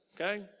okay